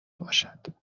باشد